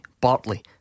Bartley